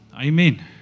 amen